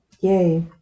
Yay